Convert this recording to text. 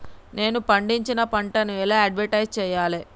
నేను పండించిన పంటను ఎలా అడ్వటైస్ చెయ్యాలే?